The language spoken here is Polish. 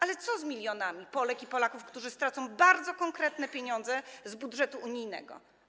Ale co z milionami Polek i Polaków, którzy stracą bardzo konkretne pieniądze z budżetu unijnego?